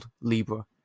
Libra